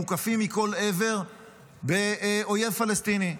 מוקפים מכל עבר באויב פלסטיני.